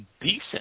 decent